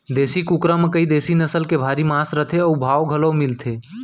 देसी कुकरा म कइ देसी नसल के भारी मांग रथे अउ भाव घलौ मिलथे